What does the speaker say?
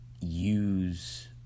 use